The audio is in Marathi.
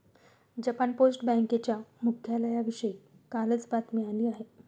जपान पोस्ट बँकेच्या मुख्यालयाविषयी कालच बातमी आली आहे